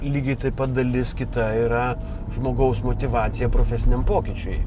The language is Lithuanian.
lygiai taip pat dalis kita yra žmogaus motyvaciją profesiniam pokyčiui